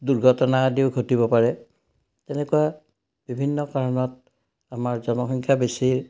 দুৰ্ঘটনা আদিও ঘটিব পাৰে তেনেকুৱা বিভিন্ন কাৰণত আমাৰ জনসংখ্যা বেছি